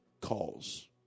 calls